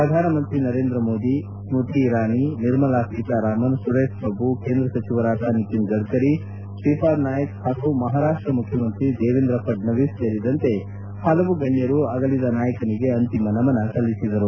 ಪ್ರಧಾನಮಂತ್ರಿ ನರೇಂದ್ರ ಮೋದಿ ಸ್ಪತಿ ಇರಾನಿ ನಿರ್ಮಲಾ ಸೀತಾರಾಮನ್ ಸುರೇಶ್ ಪ್ರಭು ಕೇಂದ್ರ ಸಚಿವರಾದ ನಿತಿನ್ ಗಡ್ಡರಿ ತ್ರೀಪಾದ್ ನಾಯಕ್ ಹಾಗೂ ಮಹಾರಾಷ್ಷ ಮುಖ್ಯಮಂತ್ರಿ ದೇವೇಂದ್ರ ಫಡ್ಟವೀಸ್ ಸೇರಿದಂತೆ ಹಲವು ಗಣ್ಣರು ಅಗಲಿದ ನಾಯಕನಿಗೆ ಅಂತಿಮ ನಮನ ಸಲ್ಲಿಸಿದರು